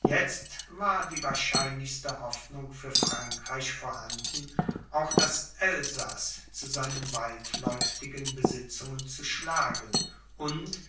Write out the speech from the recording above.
jetzt war die wahrscheinlichste hoffnung für frankreich vorhanden auch das elsaß zu seinen weitläuftigen besitzungen zu schlagen und